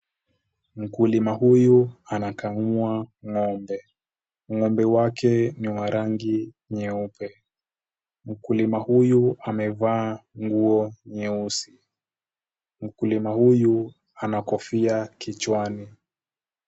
Mkulima huyu anakamua ng'ombe. Ng'ombe wake ni wa rangi nyeupe. Mkulima huyu amevaa nguo nyeusi. Mkulima huyu ana kofia kichwani.